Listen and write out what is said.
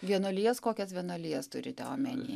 vienuolijas kokias vienuolijas turite omeny